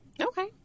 Okay